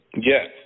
Yes